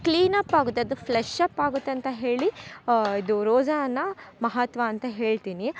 clean up ಆಗುತ್ತೆ ಅದು flush up ಆಗುತ್ತೆ ಅಂತ ಹೇಳಿ ಇದು ರೋಸಾನ್ನ ಮಹತ್ವ ಅಂತ ಹೇಳ್ತೀನಿ